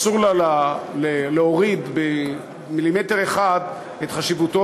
אסור לה להוריד במילימטר אחד את חשיבותו